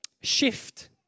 shift